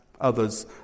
others